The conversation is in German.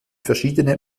verschiedene